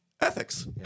ethics